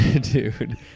Dude